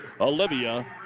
Olivia